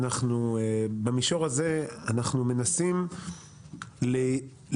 חושב שבמישור הזה אנחנו בעצם מנסים לייצר